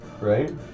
Right